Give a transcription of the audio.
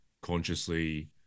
consciously